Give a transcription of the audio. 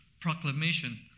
proclamation